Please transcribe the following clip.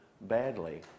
badly